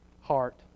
heart